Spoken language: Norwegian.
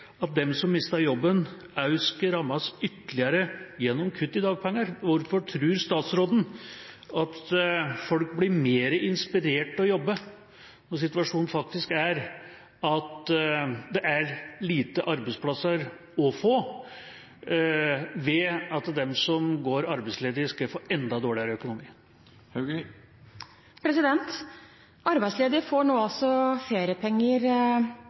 at de som mister jobben, skal rammes ytterligere gjennom kutt i dagpenger? Hvorfor tror statsråden at folk blir mer inspirert til å jobbe – når situasjonen faktisk er at det er få arbeidsplasser – ved at de som går arbeidsledige, skal få enda dårligere økonomi? Arbeidsledige får nå altså feriepenger mens de er ledige, i motsetning til før, da de fikk feriepenger